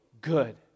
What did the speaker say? good